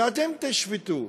ואתם תשפטו.